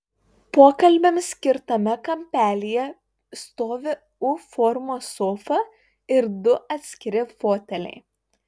pokalbiams skirtame kampelyje stovi u formos sofa ir du atskiri foteliai